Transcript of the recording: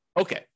Okay